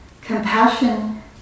compassion